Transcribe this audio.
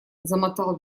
замотал